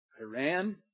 Iran